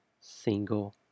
single